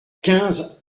quinze